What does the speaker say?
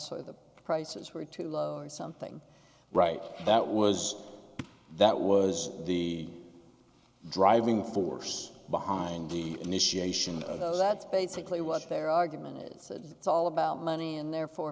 or the prices were too low or something right that was that was the driving force behind the initiation that's basically what their argument is it's all about money and therefore